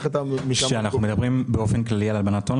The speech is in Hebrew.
כאשר אנחנו מדברים באופן כללי על הלבנת הון,